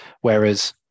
whereas